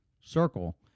circle